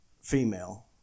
female